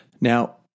Now